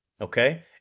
Okay